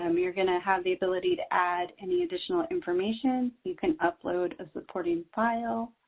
um you're going to have the ability to add any additional information. you can upload a supporting file.